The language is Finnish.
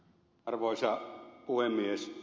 arvoisa puhemies